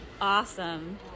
Awesome